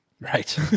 Right